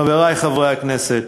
חברי חברי הכנסת,